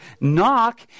Knock